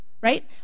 right